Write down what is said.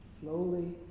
Slowly